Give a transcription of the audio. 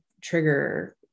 trigger